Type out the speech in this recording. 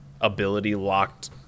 ability-locked